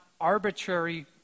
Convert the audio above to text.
arbitrary